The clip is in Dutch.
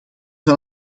van